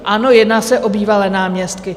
Ano, jedná se o bývalé náměstky.